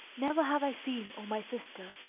never have i seen, o my sister,